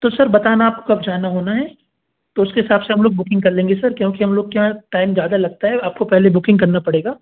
तो सर बताना आप कब जाना होना है तो उसके हिसाब से हम लोग बुकिंग कर लेंगे सर क्योंकि हम लोग क्या टाइम ज़्यादा लगता है आपको पहले बुकिंग करना पड़ेगा